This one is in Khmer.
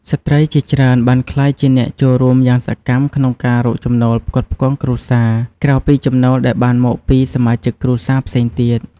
ស្ត្រីជាច្រើនបានក្លាយជាអ្នកចូលរួមយ៉ាងសកម្មក្នុងការរកចំណូលផ្គត់ផ្គង់គ្រួសារ ក្រៅពីចំណូលដែលបានមកពីសមាជិកគ្រួសារផ្សេងទៀត។